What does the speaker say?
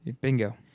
Bingo